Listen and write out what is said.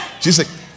Jesus